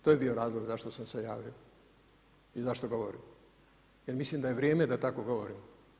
To je bio razlog zašto sam se javio i zašto govorim jel mislim da je vrijeme da tako govorim.